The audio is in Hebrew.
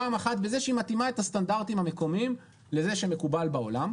פעם אחת בזה שהיא מתאימה את הסטנדרטים המקומיים לזה שמקובל בעולם,